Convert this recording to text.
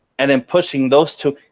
and then pushing those two.